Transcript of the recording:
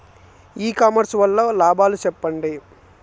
ఇ commerce వల్ల లాభాలు సెప్పండి?